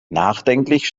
nachdenklich